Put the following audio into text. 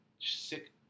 sick